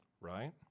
Right